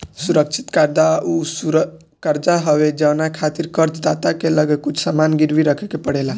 सुरक्षित कर्जा उ कर्जा हवे जवना खातिर कर्ज दाता के लगे कुछ सामान गिरवी रखे के पड़ेला